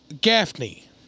Gaffney